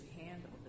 handle